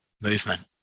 movement